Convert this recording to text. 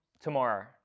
tomorrow